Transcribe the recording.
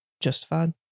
Justified